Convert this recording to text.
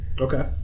Okay